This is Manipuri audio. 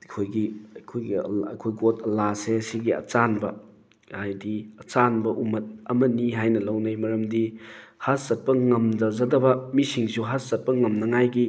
ꯑꯩꯈꯣꯏꯒꯤ ꯑꯩꯈꯣꯏꯒꯤ ꯑꯩꯈꯣꯏ ꯒꯣꯗ ꯑꯜꯂꯥꯁꯦ ꯁꯤꯒꯤ ꯑꯆꯥꯟꯕ ꯍꯥꯏꯗꯤ ꯑꯆꯥꯟꯕ ꯎꯃꯠ ꯑꯃꯅꯤ ꯍꯥꯏꯅ ꯂꯩꯅꯩ ꯃꯔꯝꯗꯤ ꯍꯖ ꯆꯠꯄ ꯉꯝꯗꯖꯗꯕ ꯃꯤꯁꯤꯡꯁꯨ ꯍꯖ ꯆꯠꯄ ꯉꯝꯅꯉꯥꯏꯒꯤ